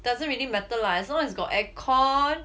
doesn't really matter lah as long as got aircon